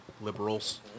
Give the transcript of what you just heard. Liberals